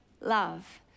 love